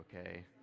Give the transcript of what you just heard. okay